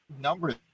number